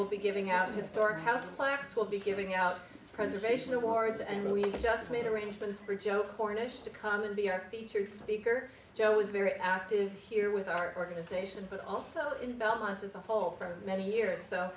we'll be giving out historic house plaques will be giving out preservation awards and we just made arrangements for joe cornish to come and be our featured speaker joe is very active here with our organization but also in belmont as a whole for many here so